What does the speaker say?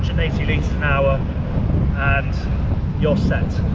eighty liters an hour and you're set.